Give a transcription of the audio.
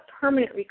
permanent